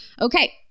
Okay